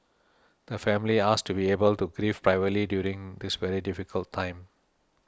the family asks to be able to grieve privately during this very difficult time